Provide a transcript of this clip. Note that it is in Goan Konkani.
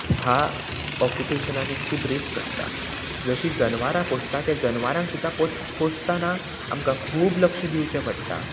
ह्या ऑक्युपेशनांनी खूब रिस्क आसता जशीं जनवरां पोसता त्या जनवरांक सुद्दां पोस पोसतना आमकां खूब लक्ष दिवचें पडटा